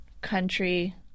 country